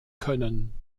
können